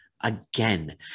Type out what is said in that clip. again